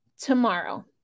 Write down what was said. tomorrow